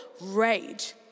rage